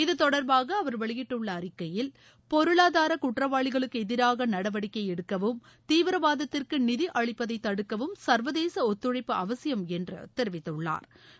இது தொடர்பாக அவர் வெளியிட்டுள்ள அறிக்கையில் பொருளாதார குற்றவாளிகளுக்கு எதிராக நடவடிக்கை எடுக்கவும் தீவிரவாதத்திற்கு நிதி அளிப்பதை தடுக்கவும் சர்வதேச ஒத்துழைப்பு அவசியம் என்று தெரிவித்துள்ளாா்